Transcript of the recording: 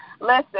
listen